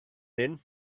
hyn